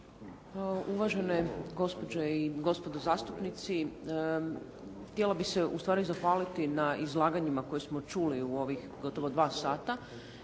Uvažene gospođe i gospodo zastupnici. Htjela bih se ustvari zahvaliti na izlaganjima koje smo čuli u ovih gotovo dva sata